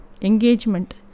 engagement